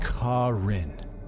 Karin